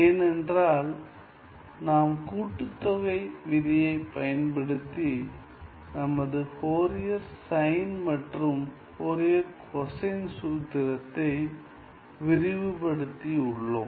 ஏனென்றால் நாம் கூட்டுத்தொகை விதியை பயன்படுத்தி நமது ஃபோரியர் சைன் மற்றும் ஃபோரியர் கொசைன் சூத்திரத்தை விரிவுபடுத்தி உள்ளோம்